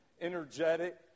energetic